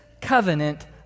covenant